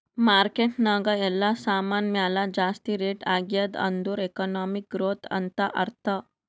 market ನಾಗ್ ಎಲ್ಲಾ ಸಾಮಾನ್ ಮ್ಯಾಲ ಜಾಸ್ತಿ ರೇಟ್ ಆಗ್ಯಾದ್ ಅಂದುರ್ ಎಕನಾಮಿಕ್ ಗ್ರೋಥ್ ಅಂತ್ ಅರ್ಥಾ